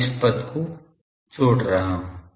मैं इस पद को छोड़ रहा हूं